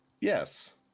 Yes